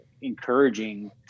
encouraging